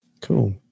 Cool